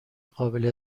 قابل